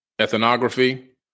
ethnography